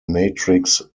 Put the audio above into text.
matrix